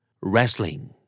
wrestling